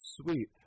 sweet